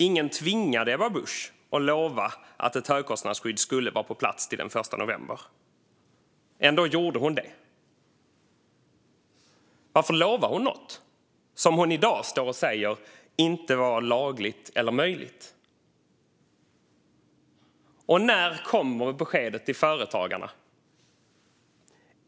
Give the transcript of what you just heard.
Ingen tvingade Ebba Busch att lova att ett högkostnadsskydd skulle vara på plats till den 1 november. Ändå gjorde hon det. Varför lovar hon något som hon i dag står och säger inte var lagligt eller möjligt? När kommer beskedet till företagarna?